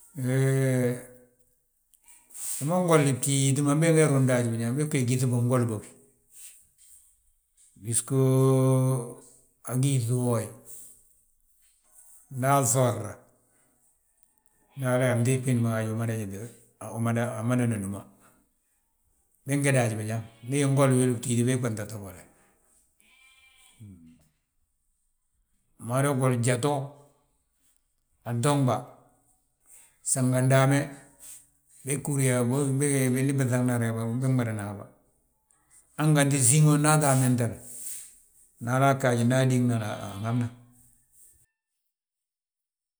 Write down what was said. Hee bima ngolini btíiti ma beg nge ruŋ daaji biñaŋ, bég bàgí gyíŧi binbol bógi. Bisgoo, agí yíŧi uwooye, nda aŧoorna, ngi Haala yaa mteeg biindi ma gaaj umada amadana núma. Bég nge daaji biñaŋ, ndi ingoli wil, mtíiti beg ba ntata gole. Nmada gole jato, atonɓa, sangadame, bég húri yaa, bigolla bég ndi biŧagna de bég madana haba. Han gantí síŋ wo nda ata amentale, ndi halaa ggaaj nda adíŋna, anhabna.